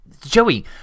joey